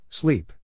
Sleep